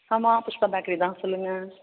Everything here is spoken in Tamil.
ஆமாம் புஷ்பா பேக்கரி தான் சொல்லுங்கள்